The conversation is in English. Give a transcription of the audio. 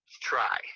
try